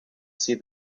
see